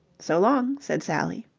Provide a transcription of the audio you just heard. so long, said sally.